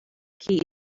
key